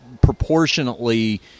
proportionately